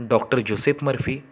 doctor joseph murphy